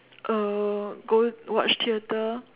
uh go watch theater